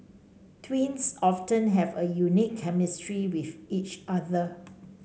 twins often have a unique chemistry with each other